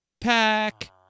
pack